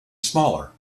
smaller